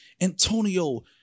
Antonio